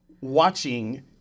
watching